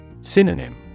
Synonym